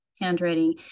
handwriting